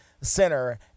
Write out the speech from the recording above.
Center